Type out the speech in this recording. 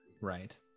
right